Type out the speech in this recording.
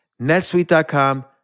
netsuite.com